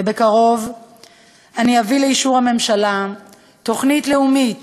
בקרוב אביא לאישור הממשלה תוכנית לאומית